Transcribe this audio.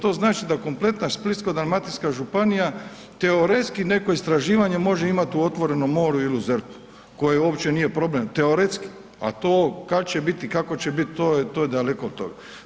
To znači da kompletna Splitsko-dalmatinska županija teoretski neko istraživanje može imati u otvorenom moru ili u ZERP-u koje uopće nije problem, teoretski, a to kad će biti i kako će biti to je daleko od toga.